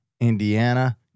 Indiana